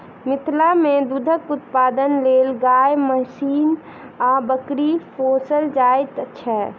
मिथिला मे दूधक उत्पादनक लेल गाय, महीँस आ बकरी पोसल जाइत छै